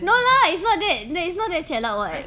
no lah it's not that th~ it's not that jialat [what]